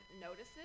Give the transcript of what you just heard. notices